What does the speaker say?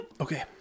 Okay